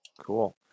Cool